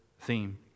theme